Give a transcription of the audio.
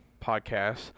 Podcasts